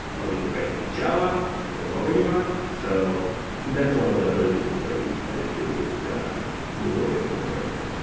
or we could write it in java because that's already hard. so that's one of the other reasons why we decided to move away from airflow.